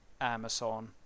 Amazon